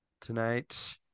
tonight